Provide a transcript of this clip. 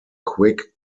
quick